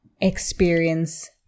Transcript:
experience